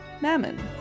Mammon